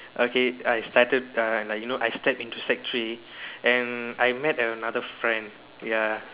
okay I started uh like you know I start into sec three and I met another friend ya